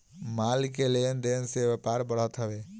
माल के लेन देन से व्यापार बढ़त हवे